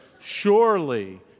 Surely